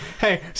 hey